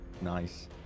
nice